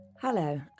Hello